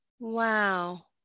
Wow